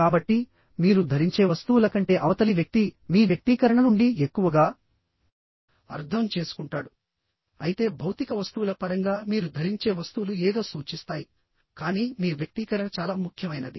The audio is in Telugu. కాబట్టి మీరు ధరించే వస్తువుల కంటే అవతలి వ్యక్తి మీ వ్యక్తీకరణ నుండి ఎక్కువగా అర్థం చేసుకుంటాడు అయితే భౌతిక వస్తువుల పరంగా మీరు ధరించే వస్తువులు ఏదో సూచిస్తాయి కానీ మీ వ్యక్తీకరణ చాలా ముఖ్యమైనది